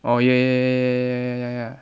oh ya ya ya ya ya ya ya ya ya ya